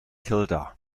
kilda